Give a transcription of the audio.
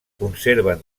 conserven